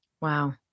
Wow